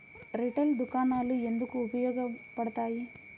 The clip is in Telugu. రిటైల్ దుకాణాలు ఎందుకు ఉపయోగ పడతాయి?